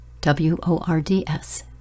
W-O-R-D-S